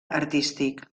artístic